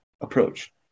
approach